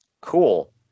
Cool